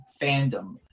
fandom